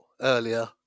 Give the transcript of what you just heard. earlier